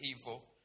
evil